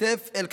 כתף אל כתף,